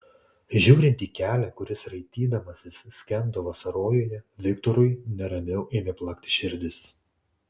žiūrint į kelią kuris raitydamasis skendo vasarojuje viktorui neramiau ėmė plakti širdis